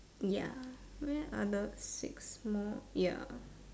ya where are the six small ya